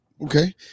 Okay